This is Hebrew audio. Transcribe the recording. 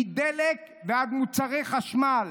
מדלק ועד מוצרי חשמל,